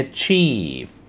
Achieve